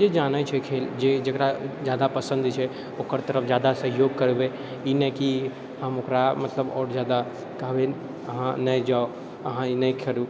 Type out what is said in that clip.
जे जानै छै खेल जकरा ज्यादा पसन्द छै ओकर तरफ ज्यादा सहयोग करबै ई नहि कि हम ओकरा मतलब आओर ज्यादा कहबै अहाँ नहि जाउ अहाँ ई नहि खेलू